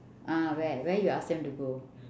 ah where where you ask them to go